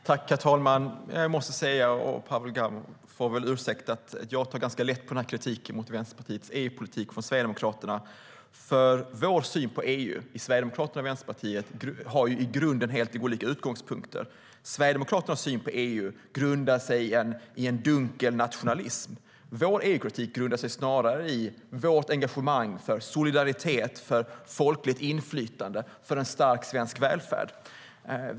Herr talman! Pavel Gamov får ursäkta, men jag tar lätt på kritiken mot Vänsterpartiets EU-politik från Sverigedemokraternas sida. Sverigedemokraternas och Vänsterpartiets syn på EU har i grunden helt olika utgångspunkter. Sverigedemokraternas syn på EU grundar sig i en dunkel nationalism. Vår EU-kritik grundar sig snarare i vårt engagemang för solidaritet, för folkligt inflytande och för en stark svensk välfärd.